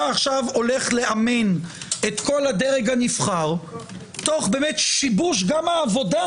אתה עכשיו הולך לאמן את כל הדרג נבחר תוך שיבוש גם עבודת